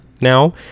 now